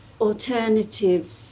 alternative